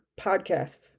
podcasts